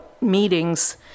meetings